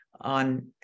on